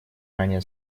ранее